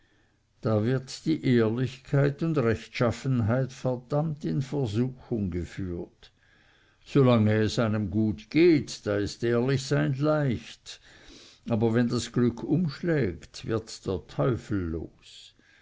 da wird die ehrlichkeit und rechtschaffenheit verdammt in versuchung geführt solange es einem gut geht da ist ehrlich sein leicht aber wenn das glück umschlägt wird der teufel los